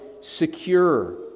secure